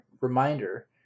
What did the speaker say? reminder